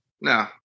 no